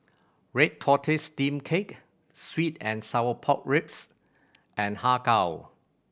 red tortoise steamed cake sweet and sour pork ribs and Har Kow